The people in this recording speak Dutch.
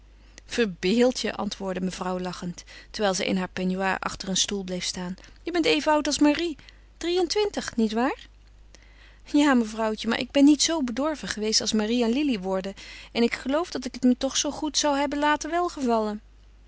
verbeeld je antwoordde mevrouw lachend terwijl zij in haar peignoir achter een stoel bleef staan je bent even oud als marie drie-en-twintig niet waar ja mevrouwtje maar ik ben niet zoo bedorven geweest als marie en lili worden en ik geloof dat ik het me toch zoo goed zou hebben laten welgevallen